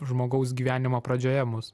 žmogaus gyvenimo pradžioje mus